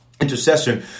Intercession